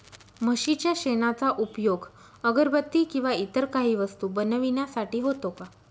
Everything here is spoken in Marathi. म्हशीच्या शेणाचा उपयोग अगरबत्ती किंवा इतर काही वस्तू बनविण्यासाठी होतो का?